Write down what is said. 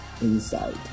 inside